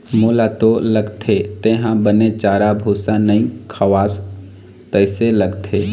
मोला तो लगथे तेंहा बने चारा भूसा नइ खवास तइसे लगथे